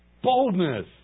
Boldness